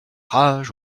rage